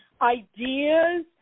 ideas